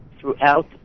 throughout